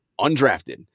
undrafted